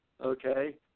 Okay